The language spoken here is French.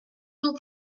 nous